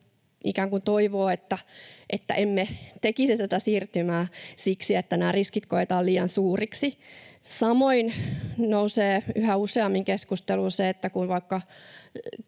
toivoo, että emme tekisi tätä siirtymää siksi, että nämä riskit koetaan liian suuriksi. Samoin nousee yhä useammin keskusteluun se,